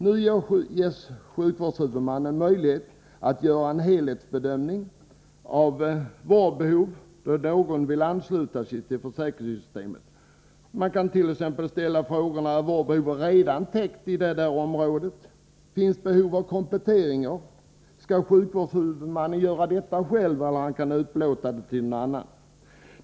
Nu får sjukvårdshuvudmännen möjlighet att göra en helhetsbedömning av vårdbehovet när någon vill ansluta sig till sjukförsäkringssystemet. Man kan t.ex. ställa frågan om vårdbehovet redan är täckt i det aktuella området. Finns det behov av kompletteringar? Skall sjukvårdshuvudmannen göra detta själv eller kan han överlåta det till någon annan?